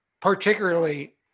particularly